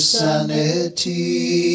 sanity